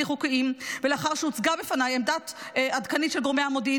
חוקיים ולאחר שהוצגה בפני עמדה עדכנית של גורמי המודיעין,